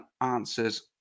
answers